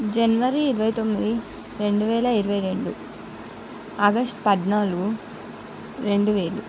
జనవరి ఇరవై తొమ్మిది రెండు వేల ఇరవై రెండు ఆగష్టు పద్నాలుగు రెండు వేలు